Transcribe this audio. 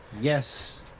Yes